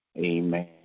Amen